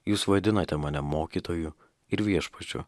jūs vadinate mane mokytoju ir viešpačiu